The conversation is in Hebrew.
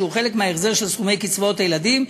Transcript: שהוא חלק מההחזר של סכומי קצבאות הילדים,